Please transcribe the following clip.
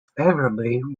favourably